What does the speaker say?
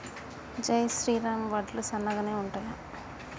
జై శ్రీరామ్ వడ్లు సన్నగనె ఉంటయా?